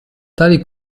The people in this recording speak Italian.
tali